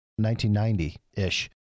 1990-ish